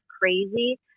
crazy